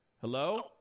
Hello